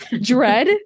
dread